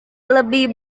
lebih